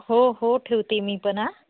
हो हो ठेवते मी पण आ